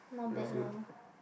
not bad lor